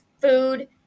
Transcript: food